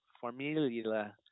formula